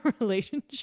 relationship